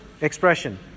expression